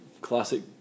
classic